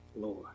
Lord